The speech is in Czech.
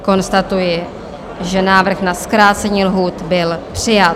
Konstatuji, že návrh na zkrácení lhůty byl přijat.